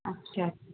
اچھا